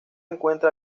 encuentra